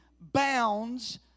bounds